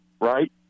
right